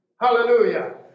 Hallelujah